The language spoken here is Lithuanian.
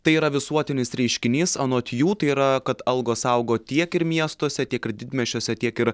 tai yra visuotinis reiškinys anot jų tai yra kad algos augo tiek ir miestuose tiek ir didmiesčiuose tiek ir